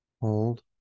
Hold